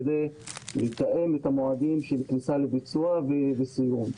כדי לתאם את המועדים של הכניסה לביצוע ואת הסיום.